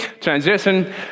transition